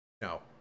No